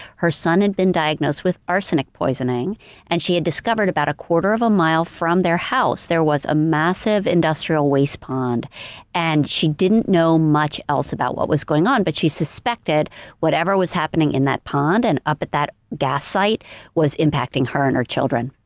her son had been diagnosed with arsenic poisoning and she had discovered about a quarter of a mile from their house, there was a massive industrial waste pond and she didn't know much else about what was going on but she suspected whatever was happening in that pond and up at that gas site was impacting her and her children.